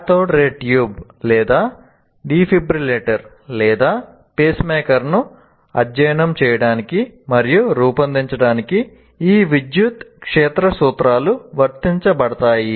cathode ray tube ను అధ్యయనం చేయడానికి మరియు రూపొందించడానికి ఈ విద్యుత్ క్షేత్ర సూత్రాలు వర్తించబడతాయి